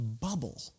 bubble